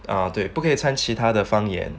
ah 对不可以参其他的方言